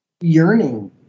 yearning